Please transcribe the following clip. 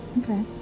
Okay